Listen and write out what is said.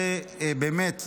באמת,